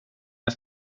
jag